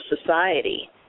society